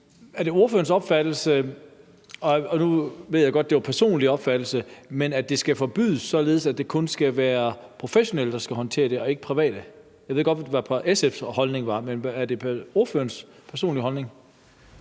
Er det ordførerens personlige opfattelse, at det skal forbydes, således at det kun skal være professionelle, der skal håndtere det, og ikke private? Jeg ved godt, hvad SF's holdning er, men er det ordførerens personlige holdning?